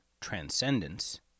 Transcendence